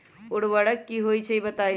उर्वरक की होई छई बताई?